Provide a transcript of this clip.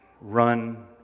Run